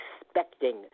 expecting